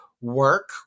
work